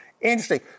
Interesting